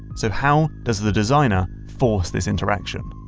so how does the designer force this interaction?